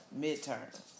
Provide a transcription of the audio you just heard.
midterms